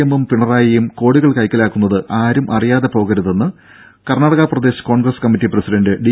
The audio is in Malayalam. എമ്മും പിണറായിയും കോടികൾ കൈക്കലാക്കുന്നത് ആരും അറിയാതെ പോകരുതെന്ന് Karnataka Pradesh Congress committee president D